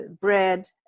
bread